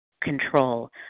control